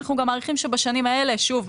אנחנו גם מעריכים שבשנים האלה שוב,